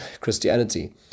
christianity